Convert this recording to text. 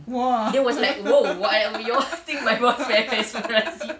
!wah!